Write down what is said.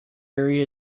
area